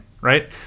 right